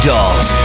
Dolls